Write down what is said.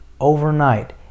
overnight